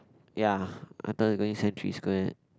ya I thought you going Century Square